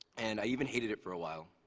and even hating it for a while.